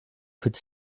could